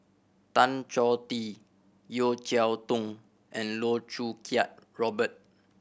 Tan Choh Tee Yeo Cheow Tong and Loh Choo Kiat Robert